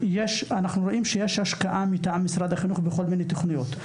שאנחנו רואים שיש השקעה מטעם משרד החינוך בכל מיני תוכניות,